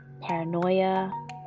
paranoia